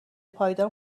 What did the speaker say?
پایدار